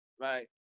right